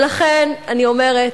ולכן אני אומרת,